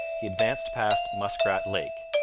he advanced past muskrat lake,